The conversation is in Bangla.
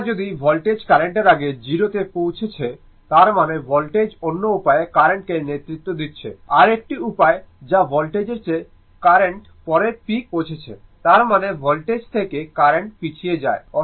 অথবা যদি ভোল্টেজ কার্রেন্টের আগে 0 তে পৌঁছাচ্ছে তার মানে ভোল্টেজ অন্য উপায়ে কারেন্ট কে নেতৃত্ব দিচ্ছে আরেকটি উপায় যে ভোল্টেজের চেয়ে কারেন্ট পরে পিকে পৌঁছাচ্ছে তার মানে ভোল্টেজ থেকে কারেন্ট পিছিয়ে যায়